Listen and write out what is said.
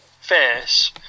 face